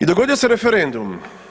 I dogodio se referendum.